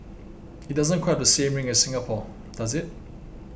it doesn't quite have the same ring as Singapore does it